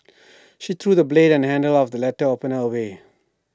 she threw the blade and handle of the letter opener away